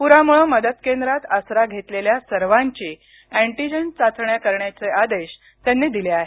पुरामुळे मदत केंद्रात आसरा घेतलेल्या सर्वांची एटीजेन चाचण्या करण्याचे आदेश त्यांनी दिले आहेत